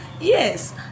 Yes